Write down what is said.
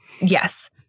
yes